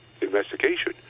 investigation